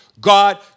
God